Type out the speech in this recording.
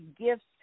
gifts